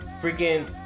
Freaking